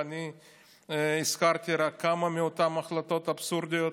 ואני הזכרתי רק כמה מאותן החלטות אבסורדיות,